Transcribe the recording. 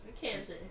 cancer